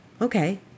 okay